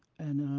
and